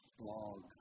blog